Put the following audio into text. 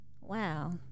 wow